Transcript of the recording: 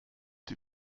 die